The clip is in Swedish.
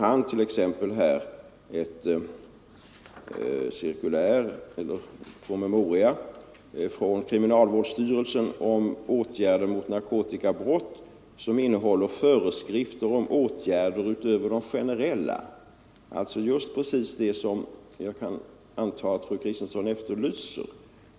Jag har t.ex. i min hand en promemoria från kriminalvårdsstyrelsen om åtgärder mot narkotikabrott som innehåller föreskrifter om åtgärder utöver de generella — just precis det som jag antar att fru Kristensson efterlyser.